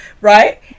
right